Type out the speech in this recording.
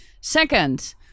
Second